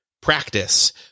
practice